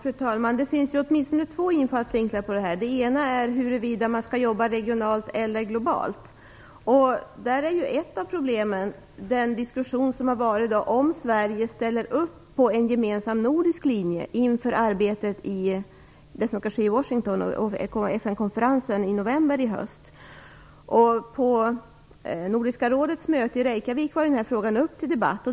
Fru talman! Det finns åtminstone två infallsvinklar på detta. Den ena är huruvida man skall jobba regionalt eller globalt. Där är ett av problemen den diskussion som har varit om Sverige ställer upp på en gemensam nordisk linje inför det arbete som skall ske i Washington och FN-konferensen i höst i november. På Nordiska rådets möte i Reykjavik var denna fråga uppe till debatt.